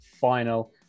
final